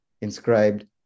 inscribed